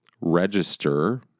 register